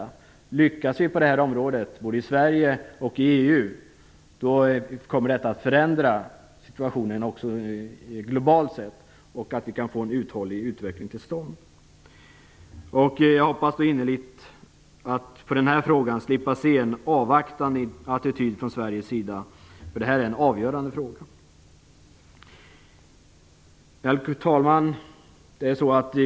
Om vi lyckas på det här området både i Sverige och i EU kommer detta att förändra situationen också globalt sett, och vi kan få en uthållig utveckling till stånd. Jag hoppas innerligt att vi slipper se en avvaktande attityd från Sveriges sida, därför att det här är en avgörande fråga. Herr talman!